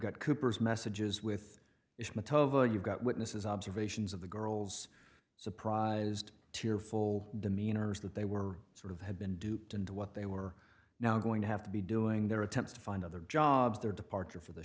got coopers messages with is you've got witnesses observations of the girls surprised to hear full demeanors that they were sort of have been duped into what they were now going to have to be doing their attempts to find other jobs their departure for the